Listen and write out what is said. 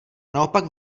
naopak